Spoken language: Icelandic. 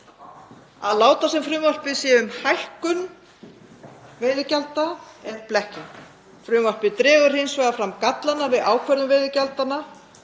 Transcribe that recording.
Að láta sem frumvarpið sé um hækkun veiðigjalds er blekking. Frumvarpið dregur hins vegar fram gallana við ákvörðun veiðigjaldsins;